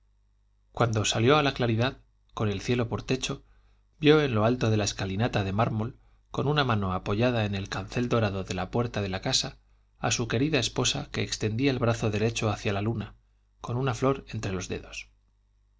cuando salió a la claridad con el cielo por techo vio en lo alto de la escalinata de mármol con una mano apoyada en el cancel dorado de la puerta de la casa a su querida esposa que extendía el brazo derecho hacia la luna con una flor entre los dedos